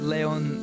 Leon